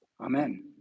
Amen